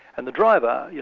and the driver, yeah